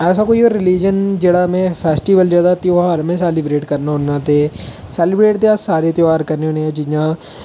ऐसा कोई होर रिलिजन जेहड़ा में फेस्टीबल त्योहार में सेलीवरेट करना होन्नां ते सेलीवरेट ते अस सारे त्योहार करने होन्ने आं जि'यां